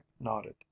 nodded